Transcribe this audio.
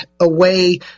away